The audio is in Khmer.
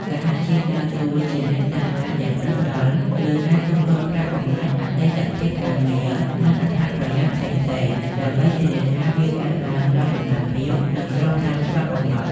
សហជីពដើរតួជាអ្នកតាមដានយ៉ាងដិតដល់លើការទូទាត់ប្រាក់បំណាច់អតីតភាពការងារ និងអត្ថប្រយោជន៍ផ្សេងៗ ដើម្បីធានាថាវាកើតឡើងដោយតម្លាភាព និងស្របតាមច្បាប់កំណត់។